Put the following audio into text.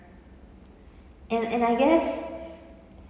and and I guess